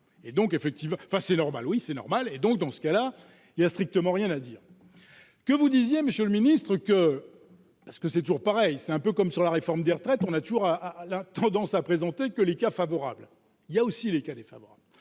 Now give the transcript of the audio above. et donc effectivement, enfin c'est normal oui c'est normal et donc dans ce cas-là, il y a strictement rien à dire que vous disiez monsieur le Ministre que parce que c'est toujours pareil, c'est un peu comme sur la réforme des retraites, on a toujours à à la tendance à présenter que les cas favorable, il y a aussi les cas Fabre